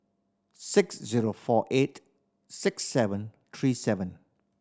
six zero four eight six seven three seven